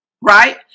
Right